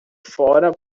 fora